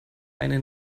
eine